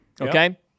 Okay